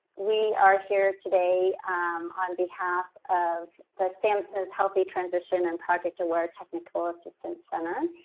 we are here today on behalf of the samhsa's healthy transitions and project aware technical assistance center.